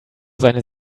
seine